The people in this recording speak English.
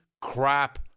crap